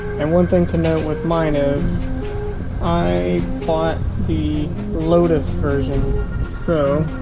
and one thing to note with mine is i bought the lotus version so